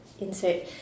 insert